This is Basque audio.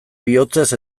bihotzez